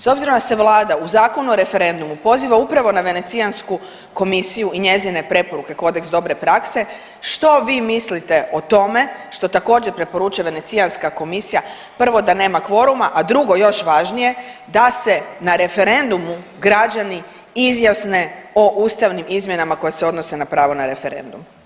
S obzirom da se Vlada u Zakonu o referendumu poziva upravo na Venecijsku komisiju i njezine preporuke, Kodeks dobre prakse, što vi mislite o tome, što također, preporuča Venecijska komisija, prvo da nema kvoruma, a drugo, još važnije, da se na referendumu građani izjasne o ustavnim izmjenama koje se odnose na pravo na referendum.